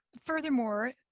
furthermore